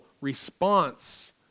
response